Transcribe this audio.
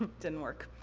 didn't work.